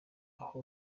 aho